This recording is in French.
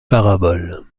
parabole